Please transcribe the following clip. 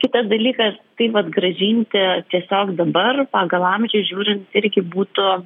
kitas dalykas taip vat grąžinti tiesiog dabar pagal amžių žiūrint irgi būtų